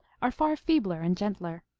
are far feebler and gentler.